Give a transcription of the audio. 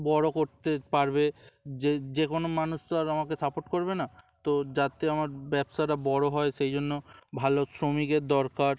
বড় করতে পারবে যে যে কোনো মানুষ তো আর আমাকে সাপোর্ট করবে না তো যাতে আমার ব্যবসাটা বড় হয় সেই জন্য ভালো শ্রমিকের দরকার